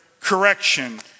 correction